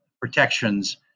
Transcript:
protections